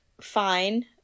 fine